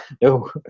No